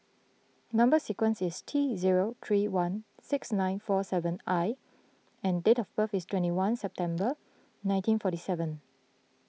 Number Sequence is T zero three one six nine four seven I and date of birth is twenty one September nineteen forty seven